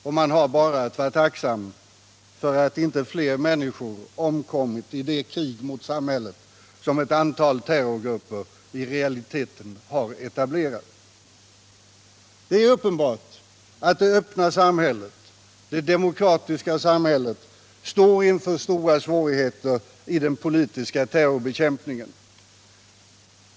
Och man har bara att vara tacksam för att inte fler människor omkommit i det krig mot samhället som ett antal terrorgrupper i realiteten har etablerat. Det är uppenbart att det öppna samhället, det demokratiska samhället, står inför stora svårigheter vid den politiska terrorbekämpningen.